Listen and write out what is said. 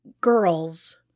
girls